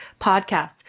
podcast